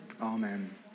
Amen